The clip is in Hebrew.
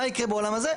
מה יקרה בעולם הזה?